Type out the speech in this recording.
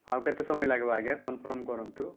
ଆଉ କେତେ ସମୟ ଲାଗିବ ଆଜ୍ଞା କନଫର୍ମ କରନ୍ତୁ